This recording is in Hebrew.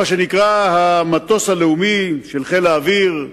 מה שנקרא המטוס הלאומי של חיל האוויר,